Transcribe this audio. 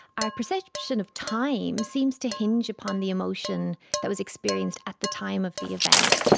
our perception of time seems to hinge upon the emotion that was experienced at the time of the event.